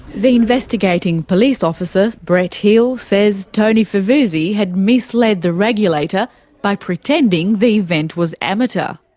the investigating police officer, brett hill, says tony favuzzi had misled the regulator by pretending the event was amateur.